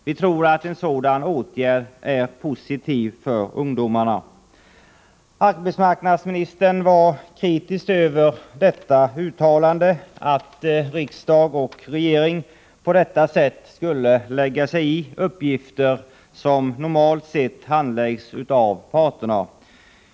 Vi tror att en sådan åtgärd som ledde till detta skulle vara positiv för ungdomarna. Arbetsmarknadsministern var kritisk mot uttalandet att riksdag och regering på detta sätt skulle lägga sig i uppgifter som normalt sett handläggs av parterna på arbetsmarknaden.